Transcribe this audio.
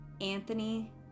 Anthony